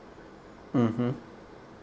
mmhmm